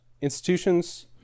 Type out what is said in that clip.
institutions